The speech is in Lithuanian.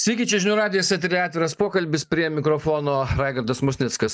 sveiki čia žinių radijas etery atviras pokalbis prie mikrofono raigardas musnickas